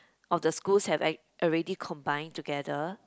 of the schools have ac~ have already combined together